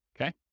Okay